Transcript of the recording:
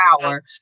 power